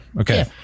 Okay